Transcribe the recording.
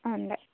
അല്ല